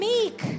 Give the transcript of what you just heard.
Meek